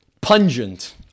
Pungent